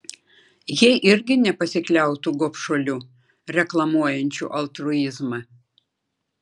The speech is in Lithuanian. jie irgi nepasikliautų gobšuoliu reklamuojančiu altruizmą